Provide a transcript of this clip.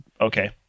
okay